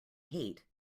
hate